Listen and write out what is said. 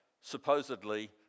supposedly